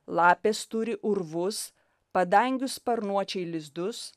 lapės turi urvus padangių sparnuočiai lizdus